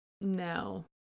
No